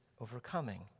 overcoming